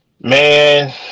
Man